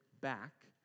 back